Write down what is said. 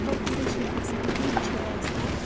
پٔتلہٕ چھُ آسان دیچہ چھُ آسان